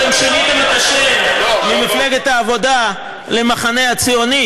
אתם שיניתם את השם ממפלגת העבודה למחנה הציוני,